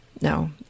No